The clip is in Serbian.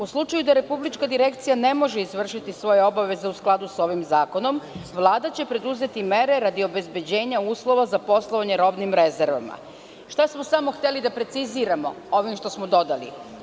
U slučaju da Republička direkcija ne može izvršiti svoje obaveze u skladu sa ovim zakonom, Vlada će preduzeti mere radi obezbeđenja uslova za poslovanjem robnim rezervama.“ Šta smo hteli da preciziramo ovim što smo dodali?